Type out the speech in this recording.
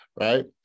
right